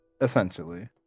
Essentially